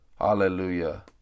Hallelujah